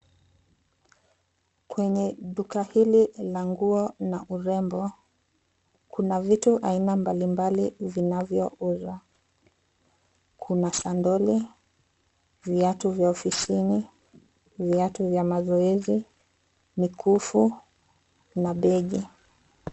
Kwenye duka hili la nguo na urembo, kuna vitu aina mbalimbali vinavyouzwa. Kuna sandali , viatu vya ofisini, viatu vya mazoezi, mikufu na begi.